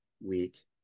week